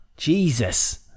Jesus